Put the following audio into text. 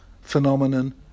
phenomenon